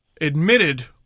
admitted